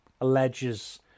alleges